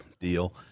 deal